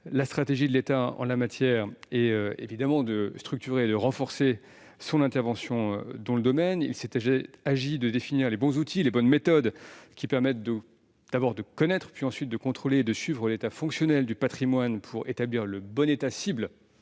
la stratégie de l'État en la matière était de structurer et de renforcer son intervention. Il s'agit de définir les bons outils et les bonnes méthodes qui permettent d'abord de connaître, puis de contrôler et de suivre, l'état fonctionnel du patrimoine afin d'établir le bon état cible